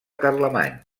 carlemany